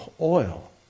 oil